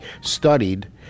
studied